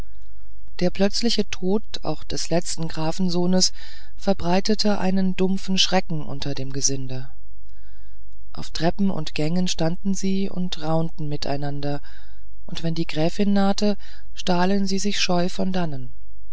der plötzliche tod auch des letzten grafensohnes verbreitete einen dumpfen schrecken unter dem gesinde auf treppen und gängen standen sie und raunten miteinander und wenn die gräfin nahte stahlen sie sich scheu von dannen